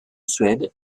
suède